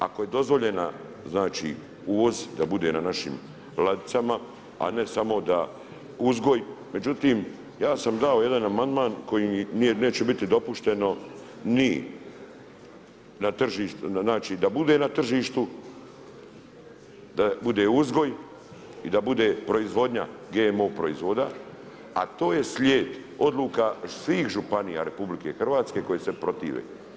Ako je dozvoljena znači uvoz, da bude na našim ladicama, a ne samo da uzgoj međutim ja sam dao jedan amandman kojim neće biti dopušteno ni, znači da bude na tržištu, da bude uzgoj i da bude proizvodnja GMO proizvoda a to je slijed odluka svih županija RH koje se protive.